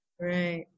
Right